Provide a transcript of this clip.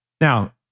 Now